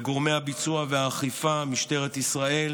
לגורמי הביצוע והאכיפה: משטרת ישראל,